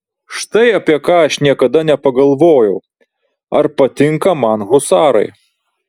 štai apie ką aš niekada nepagalvojau ar patinka man husarai